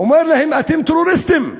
אמר להם: אתם טרוריסטים,